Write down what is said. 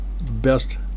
best